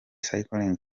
cycling